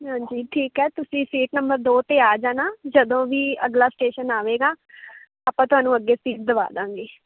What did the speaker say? ਹਾਂਜੀ ਠੀਕ ਹੈ ਤੁਸੀਂ ਸੀਟ ਨੰਬਰ ਦੋ 'ਤੇ ਆ ਜਾਣਾ ਜਦੋਂ ਵੀ ਅਗਲਾ ਸਟੇਸ਼ਨ ਆਵੇਗਾ ਆਪਾਂ ਤੁਹਾਨੂੰ ਅੱਗੇ ਸੀਟ ਦਵਾ ਦਵਾਂਗੇ